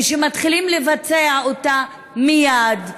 ושמתחילים לבצע אותה מייד,